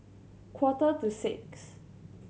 quarter to six